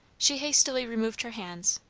she hastily removed her hands,